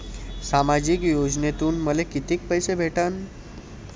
सामाजिक योजनेतून मले कितीक पैसे भेटन?